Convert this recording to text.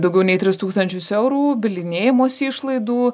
daugiau nei tris tūkstančius eurų bylinėjimosi išlaidų